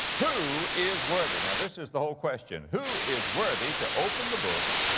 who is worthy now this is the whole question, who is worthy to open the book,